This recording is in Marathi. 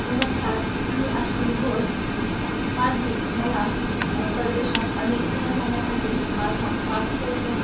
नमस्कार मी आश्विनी भोज माझी मला परदेशात अमेरिकेला जाण्यासाठी माझा पासपोर्ट